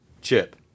Chip